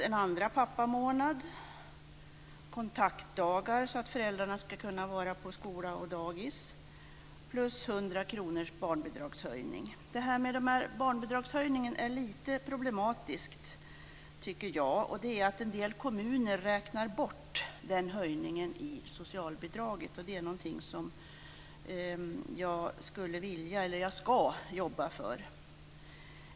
När det gäller barnbidragshöjningen tycker jag att det är lite problematiskt att en del kommuner räknar bort den höjningen i socialbidraget. Det är någonting som jag ska jobba för.